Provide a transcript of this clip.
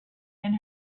and